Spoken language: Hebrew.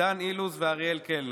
דן אילוז ואריאל קלנר.